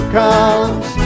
comes